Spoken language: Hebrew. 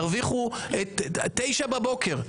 עד תשע בבוקר.